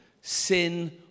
Sin